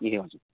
ए हजुर